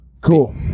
Cool